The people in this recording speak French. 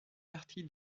partie